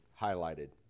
highlighted